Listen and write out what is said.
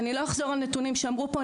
אני לא אחזור על נתונים שאמרו פה,